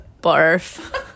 barf